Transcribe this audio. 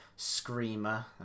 screamer